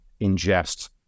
ingest